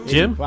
Jim